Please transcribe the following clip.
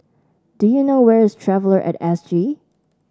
do you know where is Traveller at S G